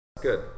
Good